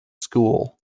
school